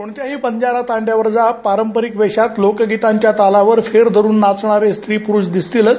कोणत्याही बंजारा तांड्यावर जा पारंपरिक वेषात लोकगीतांच्या तालावर फेर धरून नाचणारे स्त्री पुरूष दिसतीलच